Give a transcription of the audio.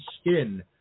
skin